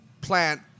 plant